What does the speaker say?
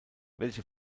welche